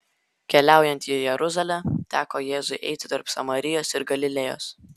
keliaujant į jeruzalę teko jėzui eiti tarp samarijos ir galilėjos